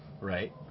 right